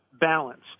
balanced